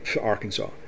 Arkansas